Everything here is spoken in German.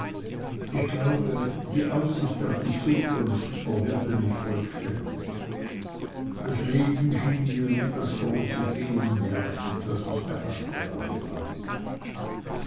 ich glaube die aussicht auf die zukunft verwirrte mich vollständig das leben schien mir wie das große feenmärchen das ich damals gerade las